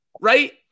Right